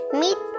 meet